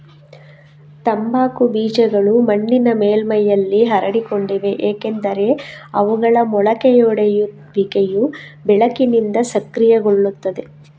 ತಂಬಾಕು ಬೀಜಗಳು ಮಣ್ಣಿನ ಮೇಲ್ಮೈಯಲ್ಲಿ ಹರಡಿಕೊಂಡಿವೆ ಏಕೆಂದರೆ ಅವುಗಳ ಮೊಳಕೆಯೊಡೆಯುವಿಕೆಯು ಬೆಳಕಿನಿಂದ ಸಕ್ರಿಯಗೊಳ್ಳುತ್ತದೆ